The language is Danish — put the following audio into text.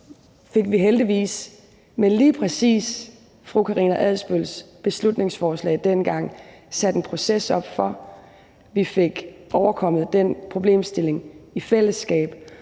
fik vi heldigvis med lige præcis fru Karina Adsbøls beslutningsforslag dengang sat en proces i gang for. Vi fik overkommet den problemstilling i fællesskab,